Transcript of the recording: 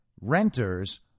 renters